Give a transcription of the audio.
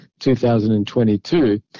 2022